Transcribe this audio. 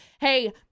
hey